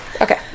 Okay